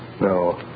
no